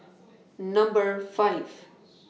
Number five